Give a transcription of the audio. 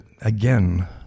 again